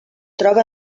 troba